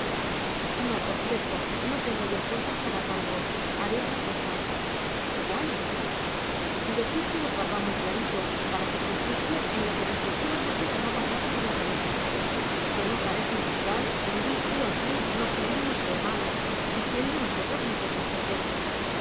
no por cierto no tengo yo fuerzas para tanto haré otra cosa cuál decírselo a papá muy clarito para que se fije en lo que de seguro no se le habrá pasado por la cabeza que no parece natural vivir tú aquí no siendo nuestro hermano y siendo nosotras muchachas solteras